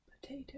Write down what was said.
Potato